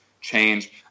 change